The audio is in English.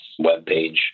webpage